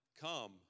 come